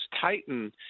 tighten